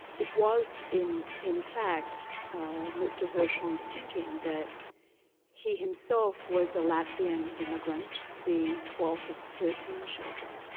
it was in in fact mr. hirshhorn's thinking that he himself was a latvian immigrant, the twelfth of thirteen children,